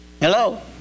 Hello